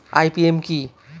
IPM কি?